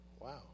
wow